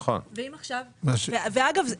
אגב,